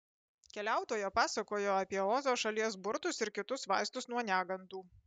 keliautoja pasakojo apie ozo šalies burtus ir kitus vaistus nuo negandų